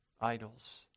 idols